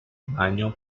baño